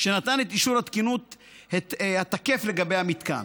שנתן את אישור התקינות התקף לגבי המתקן.